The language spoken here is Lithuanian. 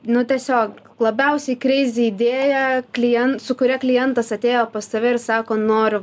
nu tiesiog labiausiai kreizi idėja klien su kuria klientas atėjo pas tave ir sako noriu